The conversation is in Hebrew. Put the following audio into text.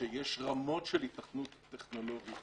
שיש רמות של היתכנות טכנולוגית.